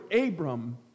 Abram